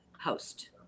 host